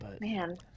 Man